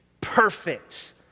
perfect